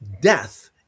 death